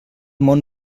món